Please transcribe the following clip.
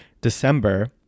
December